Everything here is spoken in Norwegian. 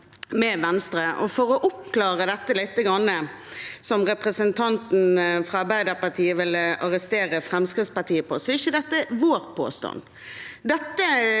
For å oppklare det representanten fra Arbeiderpartiet ville arrestere Fremskrittspartiet på, så er ikke det vår påstand.